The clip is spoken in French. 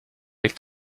est